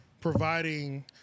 providing